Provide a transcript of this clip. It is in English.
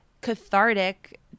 cathartic